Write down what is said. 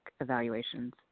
evaluations